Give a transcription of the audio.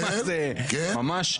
ממש.